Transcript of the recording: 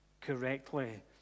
correctly